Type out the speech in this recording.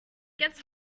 gets